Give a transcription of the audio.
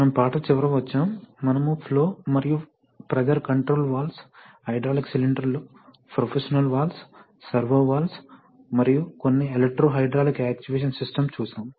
మనము పాఠం చివరికి వచ్చాము మనము ఫ్లో మరియు ప్రెషర్ కంట్రోల్ వాల్వ్స్ హైడ్రాలిక్ సిలిండర్లు ప్రోపోషనల్ వాల్వ్స్ సర్వో వాల్వ్స్ మరియు కొన్ని ఎలక్ట్రో హైడ్రాలిక్ యాక్చుయేషన్ సిస్టమ్స్ చూశాము